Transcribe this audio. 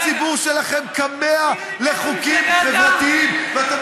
הציבור שלכם כמה לחוקים חברתיים,